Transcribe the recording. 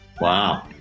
Wow